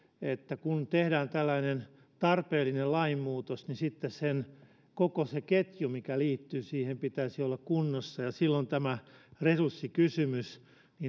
että kun tehdään tällainen tarpeellinen lainmuutos niin sitten sen koko ketjun mikä liittyy siihen pitäisi olla kunnossa silloin tätä resurssikysymystä